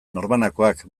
norbanakoak